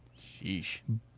Sheesh